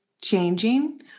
changing